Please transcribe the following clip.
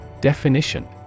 Definition